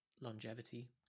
longevity